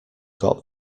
got